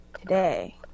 today